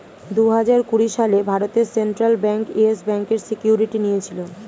দুহাজার কুড়ি সালে ভারতের সেন্ট্রাল ব্যাঙ্ক ইয়েস ব্যাঙ্কের সিকিউরিটি নিয়েছিল